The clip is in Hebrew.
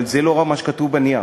אבל זה לא רק מה שכתוב בנייר.